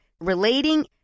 relating